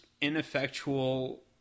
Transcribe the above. ineffectual